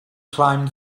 climbed